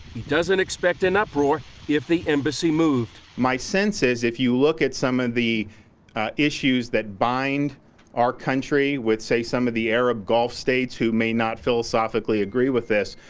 he doesn't expect an up roar if the embassy moves. my sense is if you look at some of the issues that bind our country with, say, some of the arab gulf states, who may not philosophically agree with this,